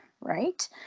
right